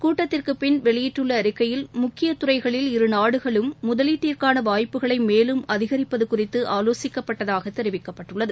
கூட்டத்திற்கு பின் வெளியிட்டுள்ள அறிக்கையில் முக்கிய துறைகளில் இரு நாடுகளும் முதலீட்டிற்காள வாய்ப்புகளை மேலும் அதிகிப்பது குறித்து ஆலோசிக்கப்பட்டதாக தெரிவிக்கப்பட்டுள்ளது